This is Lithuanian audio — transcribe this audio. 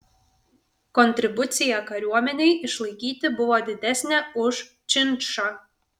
kontribucija kariuomenei išlaikyti buvo didesnė už činšą